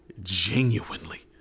genuinely